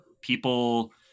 People